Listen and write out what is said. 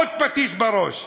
עוד פטיש בראש.